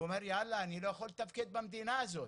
הוא אומר יאללה אני לא יכול לתפקד במדינה הזו,